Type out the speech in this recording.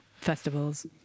festivals